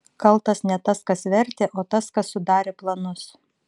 kaltas ne tas kas vertė o tas kas sudarė planus